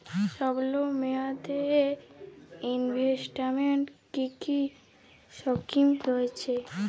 স্বল্পমেয়াদে এ ইনভেস্টমেন্ট কি কী স্কীম রয়েছে?